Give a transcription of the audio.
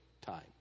time